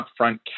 upfront